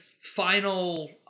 final